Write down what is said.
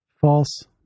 False